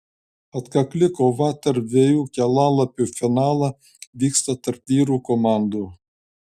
atkakli kova dėl dviejų kelialapių į finalą vyksta tarp vyrų komandų